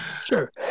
Sure